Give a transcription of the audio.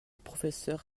professeur